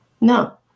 no